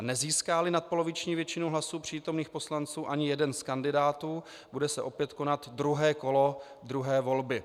Nezískáli nadpoloviční většinu hlasů přítomných poslanců ani jeden z kandidátů, bude se opět konat druhé kolo druhé volby.